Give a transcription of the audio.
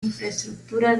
infraestructura